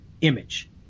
image